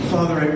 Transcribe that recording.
Father